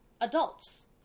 adults